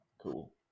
Cool